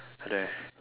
I don't have